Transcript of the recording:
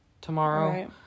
tomorrow